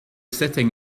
sitting